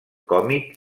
còmic